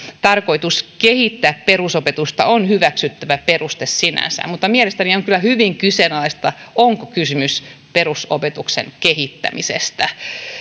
tarkoitus kehittää perusopetusta on hyväksyttävä peruste sinänsä mutta mielestäni on kyllä hyvin kyseenalaista onko kysymys perusopetuksen kehittämisestä